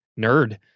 nerd